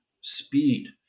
speed